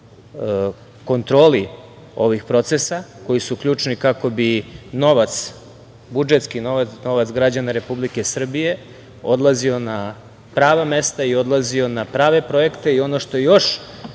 kontroli ovih procesa koji su ključni kako bi novac, budžetski novac, novac građana Republike Srbije, odlazio na prava mesta i odlazio na prave projekte. Ono što je